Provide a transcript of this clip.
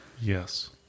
Yes